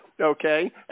Okay